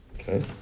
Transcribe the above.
Okay